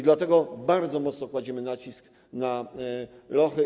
Dlatego bardzo mocno kładziemy nacisk na lochy.